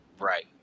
right